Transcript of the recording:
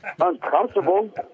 uncomfortable